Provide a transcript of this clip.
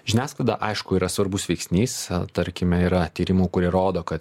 žiniasklaida aišku yra svarbus veiksnys tarkime yra tyrimų kurie rodo kad